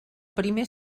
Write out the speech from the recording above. primer